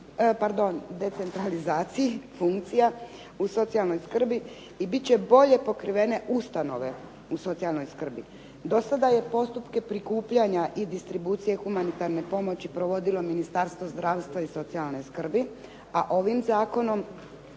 pardon, decentralizaciji funkcija u socijalnoj skrbi i bit će bolje pokrivene ustanove u socijalnoj skrbi. Dosada je postupke prikupljanja i distribucije humanitarne pomoći provodilo Ministarstvo zdravstva i socijalne skrbi, a ovim zakonom